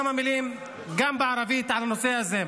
כמה מילים גם בערבית על הנושא הזה.